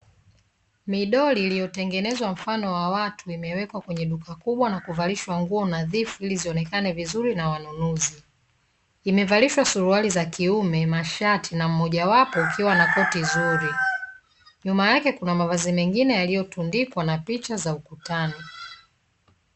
Midoli iliyotengenezwa mfano wa watu imewekwa kwenye duka kubwa na kuvalishwa nguo nadhifu, ili zionekane vizuri na wanunuzi. Imevalishwa suruali za kiume, mashati na mmoja wapo ukiwa na koti zuri. Nyuma yake kuna mavazi mengine yaliyotundikwa na picha za ukutani.